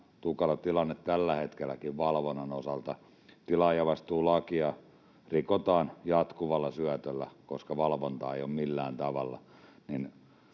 tukala tilanne tällä hetkelläkin valvonnan osalta. Tilaajavastuulakia rikotaan jatkuvalla syötöllä, koska valvontaa ei ole millään tavalla.